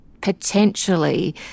potentially